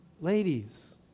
Ladies